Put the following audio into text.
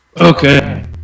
Okay